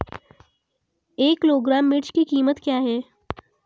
एक किलोग्राम मिर्च की कीमत क्या है?